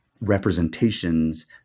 representations